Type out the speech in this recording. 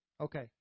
Okay